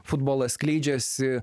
futbolas skleidžiasi